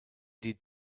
did